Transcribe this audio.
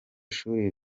shuri